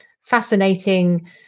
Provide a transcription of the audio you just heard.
fascinating